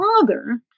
father